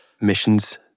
missions